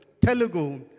Telugu